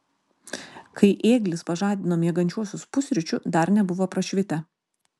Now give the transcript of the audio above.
kai ėglis pažadino miegančiuosius pusryčių dar nebuvo prašvitę